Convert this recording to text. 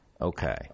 Okay